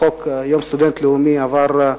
חוק יום הסטודנט הלאומי עבר,